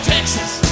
Texas